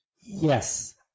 Yes